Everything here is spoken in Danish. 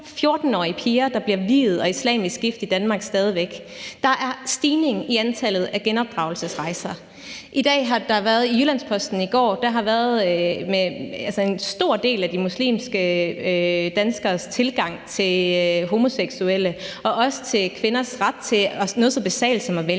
14-årige piger – der bliver viet og islamisk gift i Danmark. Der er en stigning i antallet af genopdragelsesrejser. I Jyllands-Posten i går har der været en historie om en stor del af de muslimske danskeres tilgang til homoseksuelle og også til kvinders ret til noget så basalt som at vælge